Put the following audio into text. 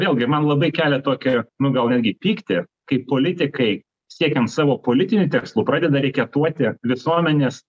vėlgi man labai kelia tokį nu gal netgi pyktį kai politikai siekiant savo politinių tikslų pradeda reketuoti visuomenės